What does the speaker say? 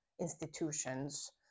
institutions